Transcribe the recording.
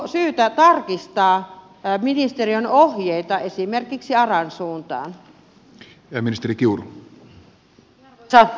onko syytä tarkistaa ministeriön ohjeita esimerkiksi aran suuntaan